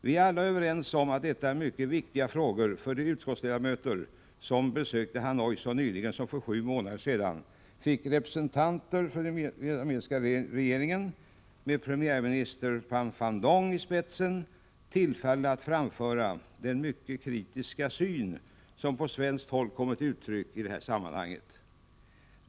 Vi är alla överens om att detta är mycket viktiga frågor, och de utskottsledamöter som besökte Hanoi för bara sju månader sedan fick till representanter för den vietnamesiska regeringen med premiärminister Pham van Dong i spetsen tillfälle att framföra den mycket kritiska syn som på svenskt håll kommit till uttryck i detta sammanhang.